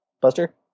Buster